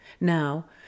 Now